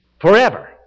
forever